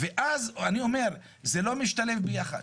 אני אומר, זה לא משתלב ביחד.